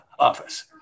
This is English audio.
office